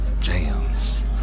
jams